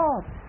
God